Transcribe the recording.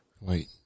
Wait